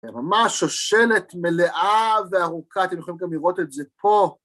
ממש שושלת מלאה וארוכה, אתם יכולים גם לראות את זה פה.